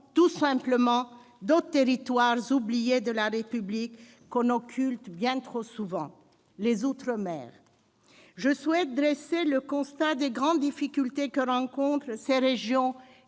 Tout simplement d'autres territoires oubliés de la République, qu'on occulte bien trop souvent : les outre-mer. À l'appui du constat des grandes difficultés que ces régions